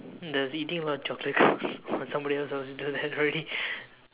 does eating a lot chocolate count or somebody else also do that already